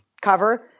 cover